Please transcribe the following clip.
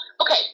okay